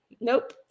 Nope